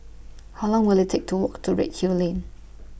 How Long Will IT Take to Walk to Redhill Lane